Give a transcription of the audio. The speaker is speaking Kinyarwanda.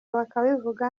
bakabivuga